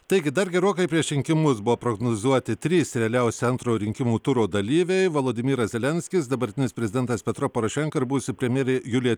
taigi dar gerokai prieš rinkimus buvo prognozuoti trys realiausi antrojo rinkimų turo dalyviai vladimiras zelenskis dabartinis prezidentas petro porošenka ir buvusi premjerė julija